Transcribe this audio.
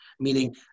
Meaning